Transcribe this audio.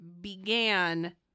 began